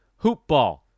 hoopball